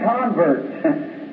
converts